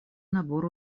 набор